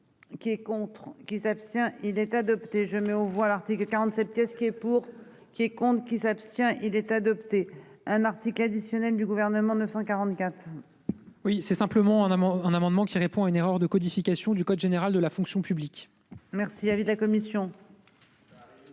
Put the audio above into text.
Qui est contre qui s'abstient il est adopté, je mets aux voix l'article 47 est ce qui est pour qui compte qui s'abstient il est adopté un article additionnel du gouvernement 944. Oui c'est simplement en amont un amendement qui répond à une erreur de codification du Code général de la fonction publique. Merci. Avis de la commission.